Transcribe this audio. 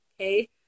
Okay